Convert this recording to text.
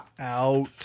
Out